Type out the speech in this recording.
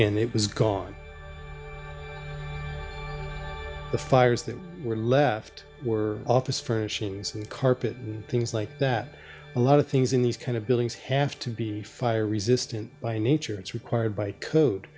and it was gone the fires that were left were office furnishings the carpet things like that a lot of things in these kind of buildings have to be fire resistant by nature it's required by code